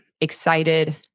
excited